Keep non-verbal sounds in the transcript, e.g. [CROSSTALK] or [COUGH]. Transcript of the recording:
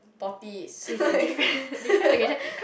potty is [LAUGHS]